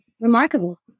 remarkable